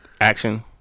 Action